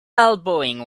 elbowing